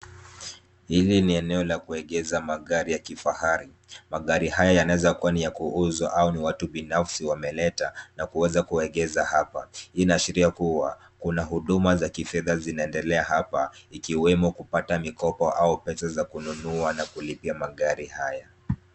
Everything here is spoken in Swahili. Hili ni eneo la kuegesha magari ya kifahari. Magari haya yanaweza kuwa ni ya kuuzwa au ni watu binafsi wameleta na kuweza kuegesha hapa. Hii inaashiria kuwa, kuna huduma za kifedha zinaendelea hapa, ikiwemo kupata mikopo au pesa za kununua na kulipia magari haya.